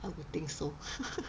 I would think so